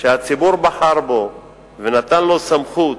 שהציבור בחר בו ונתן לו סמכות